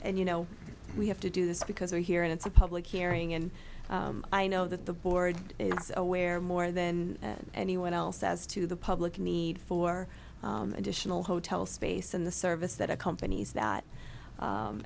and you know we have to do this because they're here and it's a public hearing and i know that the board aware more than anyone else as to the public need for additional hotel space in the service that accompanies that